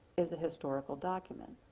is a historical document.